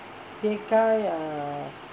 shikakai ah